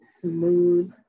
smooth